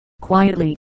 quietly